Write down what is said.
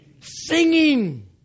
Singing